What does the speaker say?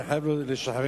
אני חייב לשחרר את זה.